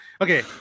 Okay